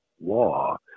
law